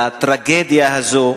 על הטרגדיה הזו,